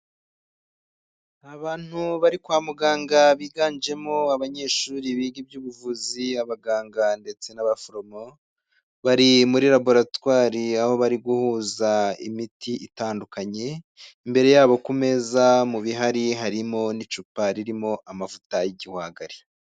Ni abantu bari kwa muganga biganjemo abanyeshuri biga iby'ubuvuzi, abaganga ndetse n'abaforomo, bari muri laboratwari aho bari guhuza imiti itandukanye, imbere yabo ku meza mu bihari, harimo n'icupa ririmo amavuta y'igihwagari.